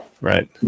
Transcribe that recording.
Right